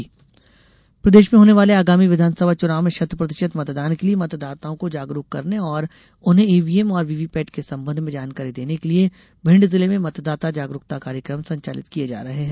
EVM जानकारी प्रदेश में होने वाले आगामी विधानसभा चुनाव में शत प्रतिशत मतदान के लिये मतदाताओं को जागरूक करने और उन्हें ईवीएम और वीवीपैट के संबंध में जानकारी देने के लिये भिंड जिले में मतदाता जागरूकता कार्यकम संचालित किये जा रहे है